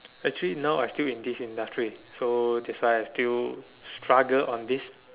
actually now I still in this industry so that's why I still struggle on this